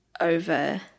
over